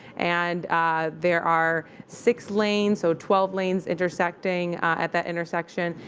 and there are six lanes, so twelve lanes intersecting at that intersection.